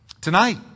tonight